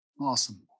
Awesome